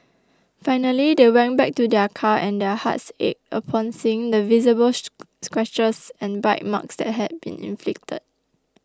finally they went back to their car and their hearts ached upon seeing the visible scratches and bite marks that had been inflicted